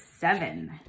seven